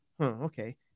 okay